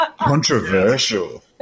Controversial